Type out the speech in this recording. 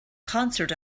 concert